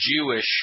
Jewish